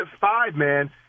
five-man